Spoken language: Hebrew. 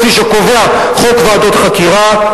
כפי שקובע חוק ועדות חקירה,